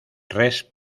res